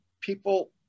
people